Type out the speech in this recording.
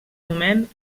moment